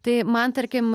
tai man tarkim